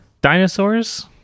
Dinosaurs